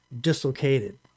dislocated